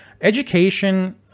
education